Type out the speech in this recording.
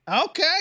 Okay